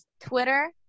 Twitter